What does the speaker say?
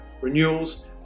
renewals